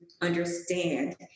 understand